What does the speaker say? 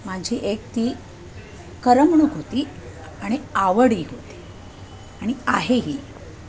माझी एक ती करमणूक होती आणि आवडही होती आणि आहे ही